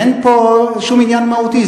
אין פה שום עניין מהותי,